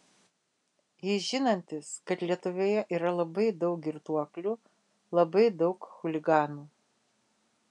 jis žinantis kad lietuvoje yra labai daug girtuoklių labai daug chuliganų